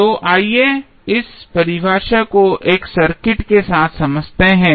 तो आइए इस परिभाषा को एक सर्किट के साथ समझते हैं